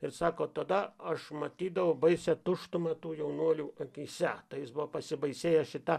ir sako tada aš matydavau baisią tuštumą tų jaunuolių akyse tai jis buvo pasibaisėjęs šita